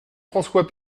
françois